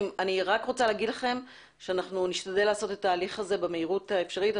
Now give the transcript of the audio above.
אני רק רוצה להגיד לכם שנשתדל לעשות את ההליך הזה במהירות האפשרית.